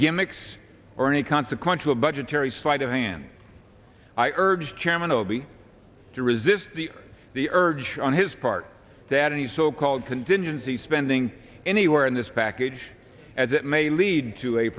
gimmicks or any consequential budgetary sleight of hand i urge chairman obie to resist the urge on his part that any so called contingency spending anywhere in this package as it may lead to a